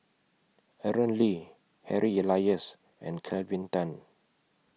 Aaron Lee Harry Elias and Kelvin Tan